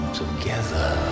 together